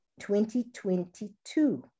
2022